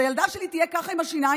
אז הילדה שלי תהיה ככה עם השיניים,